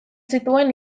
zituen